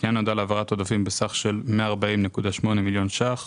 הפנייה נועדה להעברת עודפים בסך של 14.8 מיליון שקלים